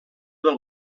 del